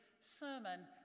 sermon